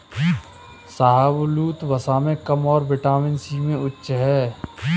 शाहबलूत, वसा में कम और विटामिन सी में उच्च है